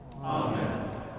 Amen